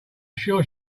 sure